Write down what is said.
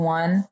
one